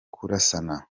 kurasana